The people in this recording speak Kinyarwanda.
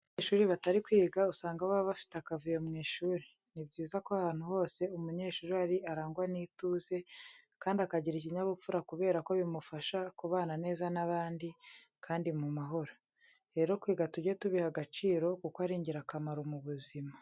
Iyo abanyeshuri batari kwiga usanga baba bafite akavuyo mu ishuri. Ni byiza ko ahantu hose umunyeshuri ari arangwa n'ituze kandi akagira ikinyabupfura kubera ko bimufasha kubana neza n'abandi, kandi mu mahoro. Rero kwiga tujye tubiha agaciro kuko ari ingirakamaro mu buzima.